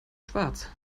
schwarz